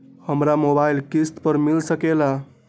हमरा मोबाइल किस्त पर मिल सकेला?